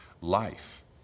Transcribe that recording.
life